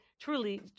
Truly